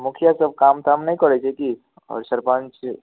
मुखिआ सब काम ताम नहि करैत छै की आओर सरपञ्च